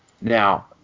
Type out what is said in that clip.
now